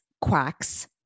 quacks